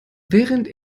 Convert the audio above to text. während